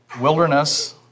wilderness